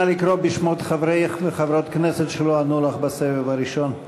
נא לקרוא בשמות חברי וחברות הכנסת שלא ענו לך בסבב הראשון.